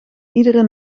iedere